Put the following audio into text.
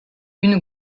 une